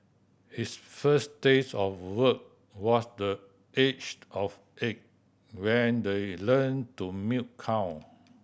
his first taste of work was the age of eight when the learned to milk cow